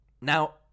Now